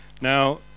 Now